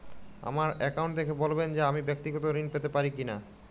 আমার অ্যাকাউন্ট দেখে বলবেন যে আমি ব্যাক্তিগত ঋণ পেতে পারি কি না?